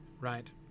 right